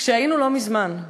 כשהיינו לא מזמן,